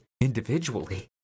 individually